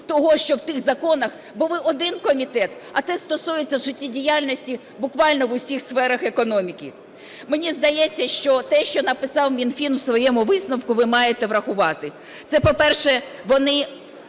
того, що в тих законах, бо ви – один комітет, а це стосується життєдіяльності буквально в усіх сферах економіки. Мені здається, що те, що написав Мінфін у своєму висновку, ви маєте врахувати. Це, по-перше, вони